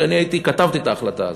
כי אני כתבתי את ההחלטה הזאת.